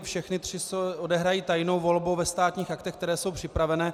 Všechny tři se odehrají tajnou volbou ve Státních aktech, které jsou připravené.